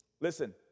Listen